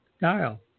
Dial